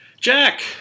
Jack